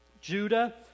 judah